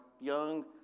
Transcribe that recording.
young